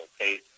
okay